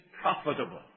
profitable